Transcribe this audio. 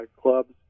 clubs